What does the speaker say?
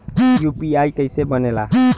UPI कईसे बनेला?